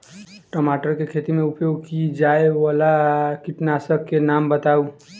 टमाटर केँ खेती मे उपयोग की जायवला कीटनासक कऽ नाम बताऊ?